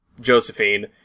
Josephine